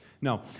No